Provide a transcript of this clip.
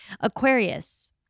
Aquarius